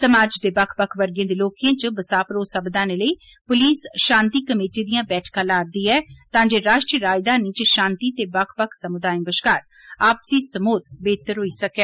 समाज दे बक्ख बक्ख वर्गे दे लोकें च बसाह भरोसा बघाने लेई पुलस शांति कमेटी दिया बैठकां ला'रदी ऐ तां जे राश्ट्रीय राजधानी च शांति ते बक्ख बक्ख समुदाएं बश्कार आपसी समोध बेहृतर होई सकै